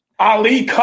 Ali